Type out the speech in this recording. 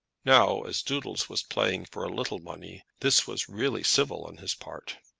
now as doodles was playing for a little money, this was really civil on his part.